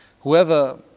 whoever